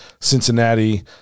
Cincinnati